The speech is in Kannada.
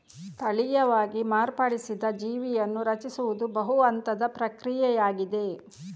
ತಳೀಯವಾಗಿ ಮಾರ್ಪಡಿಸಿದ ಜೀವಿಯನ್ನು ರಚಿಸುವುದು ಬಹು ಹಂತದ ಪ್ರಕ್ರಿಯೆಯಾಗಿದೆ